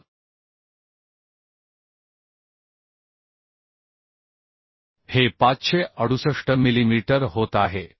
तर हे 568 मिलीमीटर होत आहे